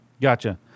Gotcha